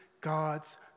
God's